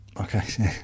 Okay